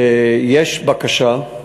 יש בקשה,